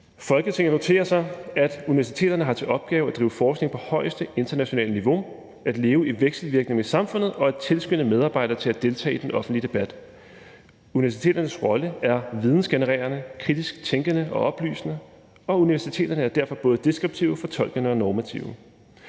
»Folketinget noterer sig, at universiteterne har til opgave at drive forskning på højeste internationale niveau, at leve i vekselvirkning med samfundet og at tilskynde medarbejdere til at deltage i den offentlige debat. Universiteternes rolle er vidensgenererende, kritisk tænkende og oplysende, og universiteterne er derfor både deskriptive, fortolkende og normative.